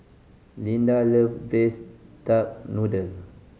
Lyda love braise duck noodle